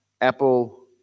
Apple